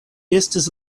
estis